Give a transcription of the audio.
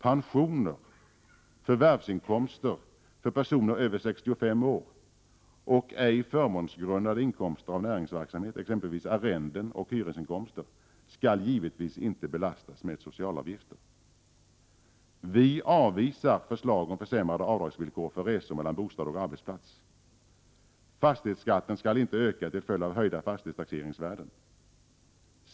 Pensioner, förvärvsinkomster för personer över 65 år och ej förmånsgrundande inkomster av näringsverksamhet, exempelvis arrenden och hyresinkomster, skall givetvis inte belastas med socialavgifter. Vi avvisar förslag om försämrade avdragsvillkor för resor mellan bostad och arbetsplats. Fastighetsskatten skall inte öka till följd av höjda fastighetstaxeringsvärden.